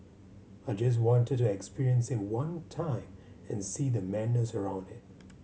I just wanted to experience it one time and see the madness around it